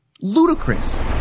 ludicrous